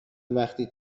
وقتی